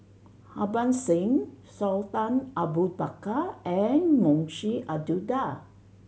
Harbans Singh Sultan Abu Bakar and Munshi Abdullah